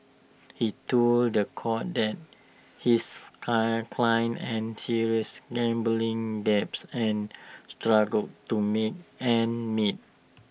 he told The Court that his client client and serious gambling debts and struggled to make ends meet